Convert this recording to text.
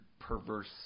perverse